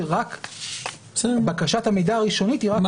שרק בקשת המידע הראשונית היא -- בסדר.